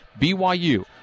BYU